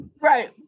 right